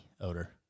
odor